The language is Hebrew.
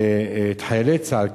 את חיילי צה"ל,